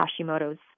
Hashimoto's